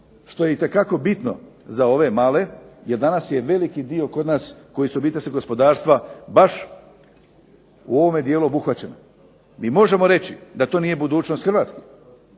što je itekako bitno za ove male, jer danas je veliki dio kod nas koji su obiteljskog gospodarstva baš u ovome dijelu obuhvaćeni. Mi možemo reći da to nije budućnost Hrvatske,